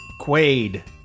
Quaid